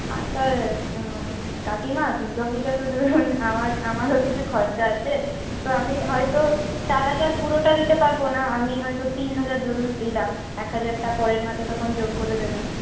আচ্ছা কাকিমা দুর্গাপূজা তো ধরুণ আমার আমারও কিছু খরচা আছে তো আমি হয়তো চার হাজার পুরোটা দিতে পারব না আমি হয়তো তিন হাজার ধরুণ দিলাম এক হাজারটা পরের মসে তখন যোগ করে দেবেন